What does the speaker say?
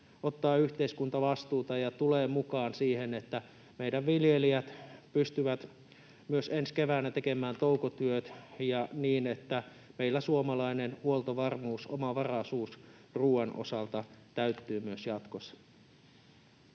ottaa yhteiskuntavastuuta ja tulee mukaan siihen, että meidän viljelijät pystyvät myös ensi keväänä tekemään toukotyöt, niin että meillä suomalainen huoltovarmuus, omavaraisuus ruoan osalta täyttyy myös jatkossa.